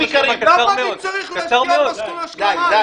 למה אני צריך להשקיע שנתיים מהחיים שלי במסלול השלמה?